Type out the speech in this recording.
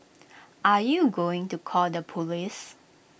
are you going to call the Police